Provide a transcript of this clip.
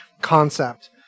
concept